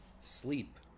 sleep